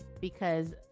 because-